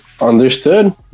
understood